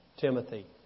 Timothy